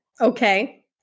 okay